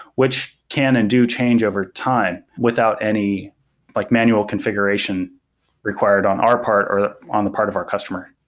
which can and do change over time without any like manual configuration required on our part or on the part of our customer.